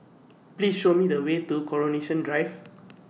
Please Show Me The Way to Coronation Drive